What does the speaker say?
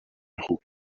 who